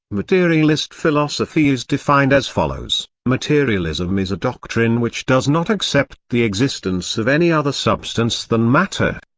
materialist philosophy is defined as follows materialism is a doctrine which does not accept the existence of any other substance than matter.